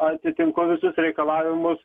atitinku visus reikalavimus